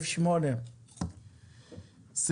2. הצבעה ההסתייגות לא התקבלה.